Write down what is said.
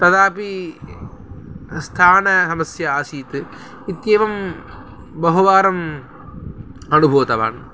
तदापि स्थानसमस्या आसीत् इत्येवं बहुवारं अनुभूतवान्